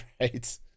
Right